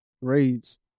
Raids